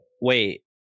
Wait